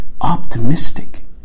optimistic